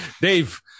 Dave